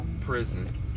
prison